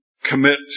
commit